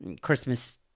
Christmas